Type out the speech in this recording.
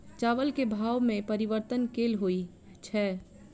चावल केँ भाव मे परिवर्तन केल होइ छै?